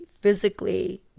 physically